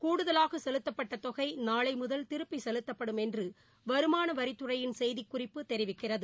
கூடுதலாகசெலுத்தப்பட்டதொகைநாளைமுதல் திருப்பிசெலுத்தப்படும் என்றுவருமானவரித்துறையின் செய்திக் குறிப்பு தெரிவிக்கிறது